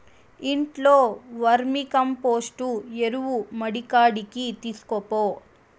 ఇంట్లో వర్మీకంపోస్టు ఎరువు మడికాడికి తీస్కపో